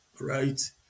right